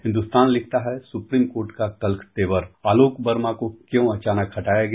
हिन्दुस्तान लिखता है supreme court का तलख तेवर आलोक वर्मा को क्यों अचानक हटाया गया